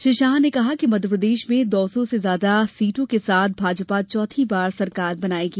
श्री शाह ने कहा कि मध्यप्रदेश में दो सौ से ज्यादा सीटों के साथ भाजपा चौथी बार सरकार बनायेगी